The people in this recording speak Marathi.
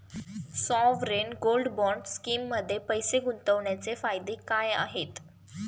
सॉवरेन गोल्ड बॉण्ड स्कीममध्ये पैसे गुंतवण्याचे फायदे काय आहेत?